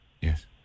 Yes